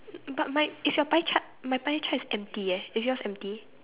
but my is your pie chart my pie chart is empty eh is yours empty